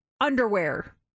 underwear